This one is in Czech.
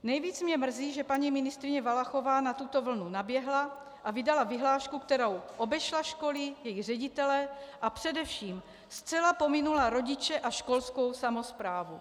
Nejvíc mě mrzí, že paní ministryně Valachová na tuto vlnu naběhla a vydala vyhlášku, s kterou obešla školy, jejich ředitele a především zcela pominula rodiče a školskou samosprávu.